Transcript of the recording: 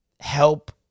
Help